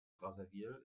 brazzaville